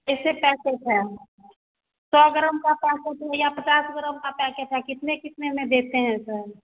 कैसे पैकेट हैं सौ ग्राम का पैकेट है या पचास ग्राम का पैकेट है कितने कितने में देते हैं सर